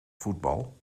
voetbal